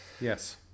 Yes